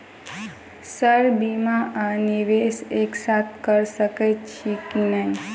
Sir बीमा आ निवेश एक साथ करऽ सकै छी की न ई?